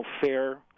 fair